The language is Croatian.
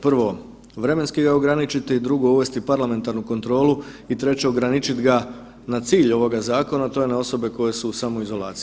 Prvo, vremenski ga ograničiti, drugo, uvesti parlamentarnu kontrolu i treće, ograničit ga na cilj ovoga zakona, a to je na osobe koje su u samoizolaciji.